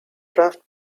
draft